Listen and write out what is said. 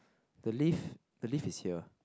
the lift the lift is here